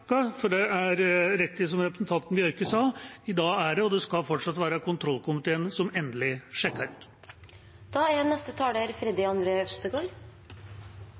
For det er riktig, som representanten Bjørke sa, at det i dag er, og skal fortsatt være, kontroll- og konstitusjonskomiteen som endelig sjekker dem ut.